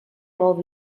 molt